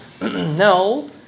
No